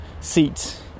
seats